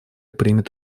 примет